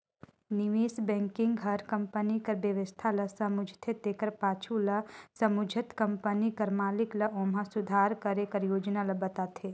निवेस बेंकिग हर कंपनी कर बेवस्था ल समुझथे तेकर पाछू सब ल समुझत कंपनी कर मालिक ल ओम्हां सुधार करे कर योजना ल बताथे